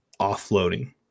offloading